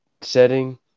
setting